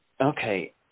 Okay